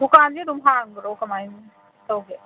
ꯗꯨꯀꯥꯟꯁꯦ ꯑꯗꯨꯝ ꯍꯥꯡꯕ꯭ꯔꯣ ꯀꯃꯥꯏꯅ ꯇꯧꯒꯦ